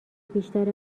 بیشتر